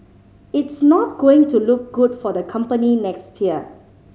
it's not going to look good for the company next year